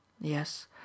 Yes